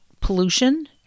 pollution